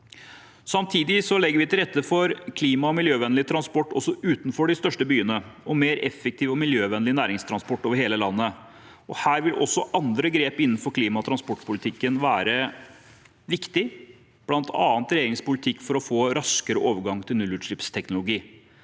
Samtidig legger vi til rette for klima- og miljøvennlig transport også utenfor de største byene, og mer effektiv og miljøvennlig næringstransport over hele landet. Her vil også andre grep innenfor klima- og transportpolitikken være viktige, bl.a. regjeringens politikk for å få en raskere overgang til nullutslippsteknologi.